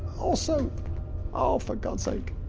also oh for god sake